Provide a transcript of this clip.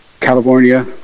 California